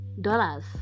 dollars